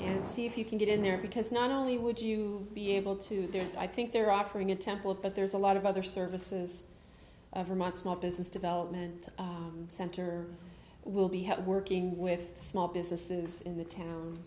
and see if you can get in there because not only would you be able to there i think they're offering a temple but there's a lot of other services every month small business development center will be have working with small businesses in the town